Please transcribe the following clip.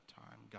time